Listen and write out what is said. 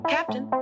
captain